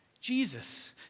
Jesus